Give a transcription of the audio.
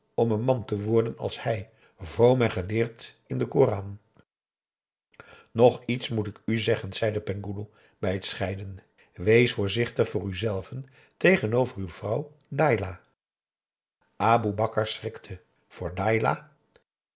om een man te worden als hij vroom en geleerd in den koran nog iets moet ik u zeggen zei de penghoeloe bij het scheiden wees voorzichtig voor uzelven tegenover uw vrouw dailah aboe bakar schrikte